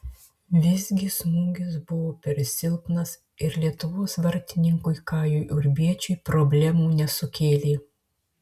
visgi smūgis buvo per silpnas ir lietuvos vartininkui kajui urbiečiui problemų nesukėlė